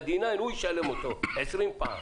והוא ישלם את ה-9D 20 פעם.